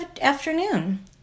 afternoon